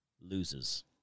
loses